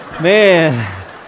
Man